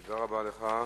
תודה רבה לך.